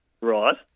Right